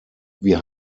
wir